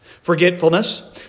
Forgetfulness